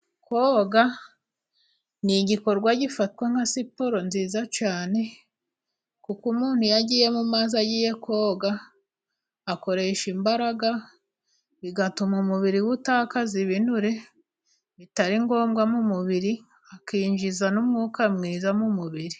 Koga ni igikorwa gifatwa nka siporo nziza cyane, kuko umuntu iyo agiye mu mazi agiye koga, akoresha imbaraga bigatuma umubiri we utakaza ibinure bitari ngombwa mu umubiri, akinjiza n'umwuka mwiza mu mubiri.